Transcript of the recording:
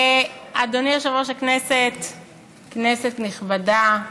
אדוני יושב-ראש הישיבה, כנסת נכבדה,